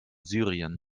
syrien